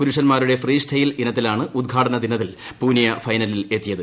പുർുഷന്മാരുടെ freestyle ഇനത്തിലാണ് ഉദ്ഘാടനദിനത്തിൽ പുനിയ ഫൈനലിലെത്തിയത്